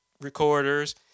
recorders